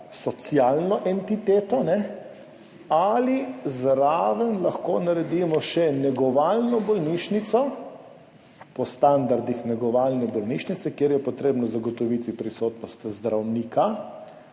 socialno entiteto, ali lahko zraven naredimo še negovalno bolnišnico po standardih negovalne bolnišnice, kjer je potrebno zagotoviti prisotnost zdravnika,